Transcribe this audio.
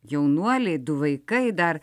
jaunuoliai du vaikai dar